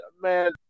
man